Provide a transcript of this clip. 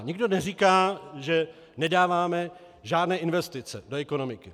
Nikdo neříká, že nedáváme žádné investice do ekonomiky.